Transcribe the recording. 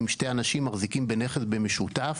אם שני אנשים מחזיקים בנכס במשותף.